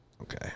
Okay